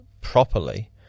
properly